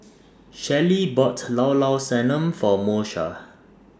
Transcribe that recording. Shellie bought Llao Llao Sanum For Moesha